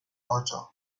culture